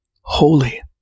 holy